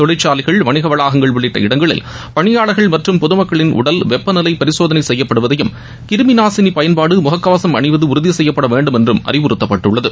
தொழிற்சாலைகள் வணிக வளாகங்கள் உள்ளிட்ட இடங்களில் பணியாளர்கள் மற்றும் பொது மக்களின் உடல் வெப்பநிலை பரிசோதனை செய்யப்படுவதையும் கிருமி நாசினி பயன்பாடு முகக்கவசும் அணிவது உறுதி செய்யப்பட வேண்டும் என்றும் அறிவுறுத்தப்பட்டுள்ளது